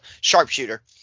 sharpshooter